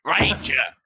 Ranger